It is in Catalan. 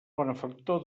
benefactor